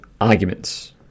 arguments